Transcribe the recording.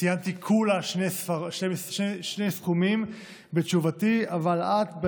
ציינתי כולה שני סכומים בתשובתי, אבל את,